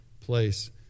place